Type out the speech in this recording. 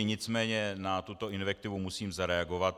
Nicméně na tuto invektivu musím zareagovat.